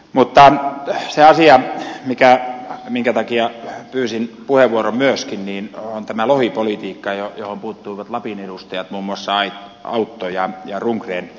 mutta se asia minkä takia myöskin pyysin puheenvuoron on tämä lohipolitiikka johon puuttuivat lapin edustajat muun muassa autto ja rundgren